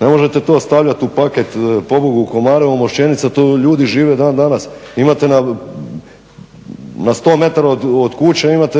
Ne možete to stavljati u paket …/Govornik se ne razumije./…, Komeru, Mošćenica. Tu ljudi žive dan danas. Imate na sto metara od kuće imate